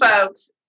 folks